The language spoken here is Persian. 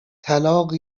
طلاق